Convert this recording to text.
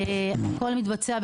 הכול כמובן מתבצע,